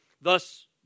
Thus